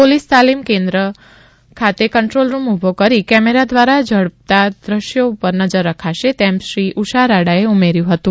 police તાલીમ કેન્દ્ર ખાતે કંટ્રોલ રૂમ ઊભો કરી કેમેરા દ્વારા ઝડપાતા દ્રશ્યો ઉપર નજર રાખશે તેમ સુશ્રી ઉષા રાડાએ ઉમેર્યું હતું